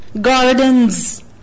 Gardens